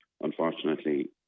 unfortunately